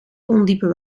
ondiepe